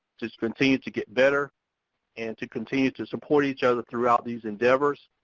just continue to get better and to continue to support each other throughout these endeavors.